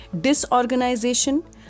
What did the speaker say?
disorganization